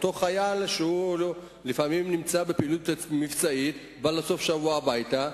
אותו חייל שלפעמים נמצא בפעילות מבצעית בא לסוף שבוע הביתה,